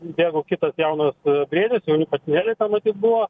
bėgo kitas jaunas briedis patinėliai ten matyt buvo